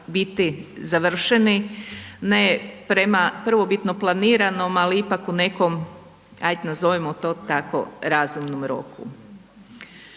biti završeni, ne prema prvobitno planiranom ali ipak u nekom aj nazovimo to tako, razumnom roku.